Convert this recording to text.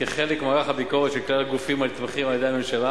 כחלק ממערך הביקורת על כלל הגופים הנתמכים על-ידי הממשלה